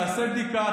תעשה בדיקה,